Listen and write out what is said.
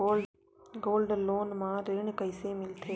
Gold loan म ऋण कइसे मिलथे?